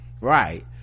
right